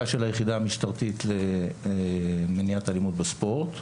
של היחידה המשטרתית למניעת אלימות בספורט,